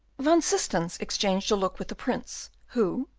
van systens exchanged a look with the prince, who,